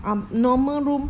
um normal room